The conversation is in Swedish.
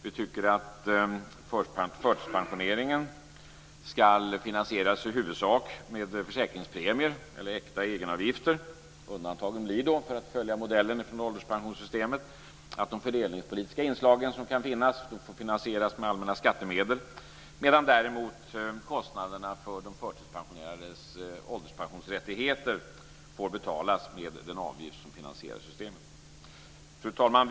Vi tycker att förtidspensioneringen ska finansieras i huvudsak med försäkringspremier eller äkta egenavgifter. Undantagen blir då, för att följa modellen från ålderspensionssystemet, att de fördelningspolitiska inslag som kan finnas får finansieras med allmänna skattemedel. Däremot får kostnaderna för de förtidspensionerades ålderspensionsrättigheter betalas med den avgift som finansierar systemen. Fru talman!